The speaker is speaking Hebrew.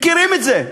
מכירים את זה.